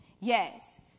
Yes